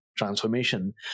transformation